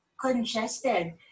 congested